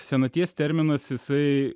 senaties terminas jisai